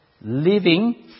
living